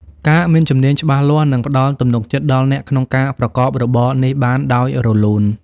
ការមានជំនាញច្បាស់លាស់នឹងផ្តល់ទំនុកចិត្តដល់អ្នកក្នុងការប្រកបរបរនេះបានដោយរលូន។